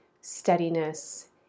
steadiness